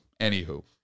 Anywho